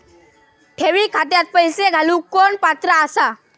ठेवी खात्यात पैसे घालूक कोण पात्र आसा?